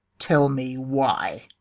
tell me why.